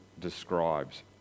describes